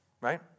Right